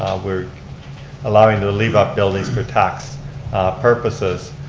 we're allowing to leave up buildings for tax purposes.